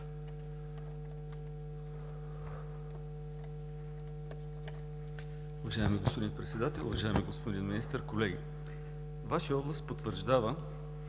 Уважаеми господин Председател, уважаеми господин Министър, колеги! Вашият отговор потвърждава